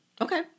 Okay